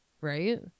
Right